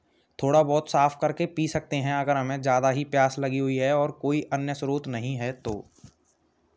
थोड़ा बहुत साफ करके पी सकते हैं अगर हमें ज़्यादा ही प्यास लगी हुई है और कोई अन्य स्रोत नहीं है तो